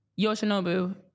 Yoshinobu